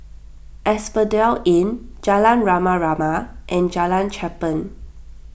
Asphodel Inn Jalan Rama Rama and Jalan Cherpen